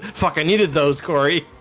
fuck i needed those corey